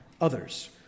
others